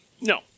No